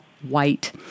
White